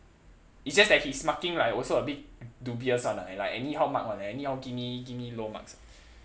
it's just that his marking like also a bit dubious [one] ah like anyhow mark [one] anyhow give me give me low marks